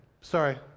Sorry